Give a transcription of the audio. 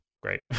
great